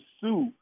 sue